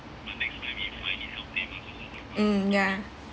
mm ya